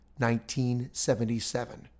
1977